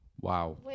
Wow